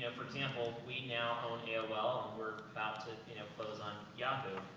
ah for example, we now own aol, and we're about to you know, close on yahoo.